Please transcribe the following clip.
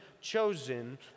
chosen